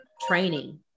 training